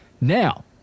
Now